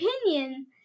opinion